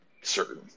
certain